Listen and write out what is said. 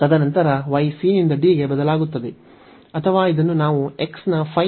ತದನಂತರ y c ನಿಂದ d ಗೆ ಬದಲಾಗುತ್ತದೆ ಅಥವಾ ಇದನ್ನು ನಾವು x ನ phi ಎಂದು ಕರೆಯಬಹುದು